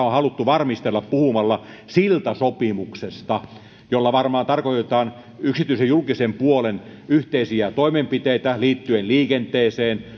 on haluttu varmistella puhumalla siltasopimuksesta jolla varmaan tarkoitetaan yksityisen ja julkisen puolen yhteisiä toimenpiteitä liittyen liikenteeseen